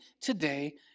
today